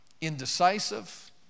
Indecisive